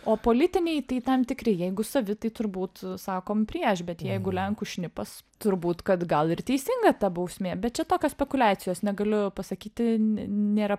o politiniai tai tam tikri jeigu savi tai turbūt sakom prieš bet jeigu lenkų šnipas turbūt kad gal ir teisinga ta bausmė bet čia tokios spekuliacijos negaliu pasakyti n nėra